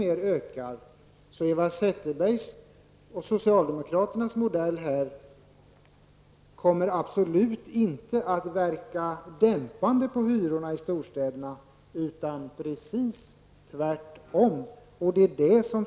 Eva Zetterbergs och socialdemokraternas modell kommer absolut inte att verka dämpande på hyrorna i storstäderna utan precis tvärtom.